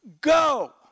Go